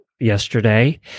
yesterday